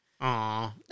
Aw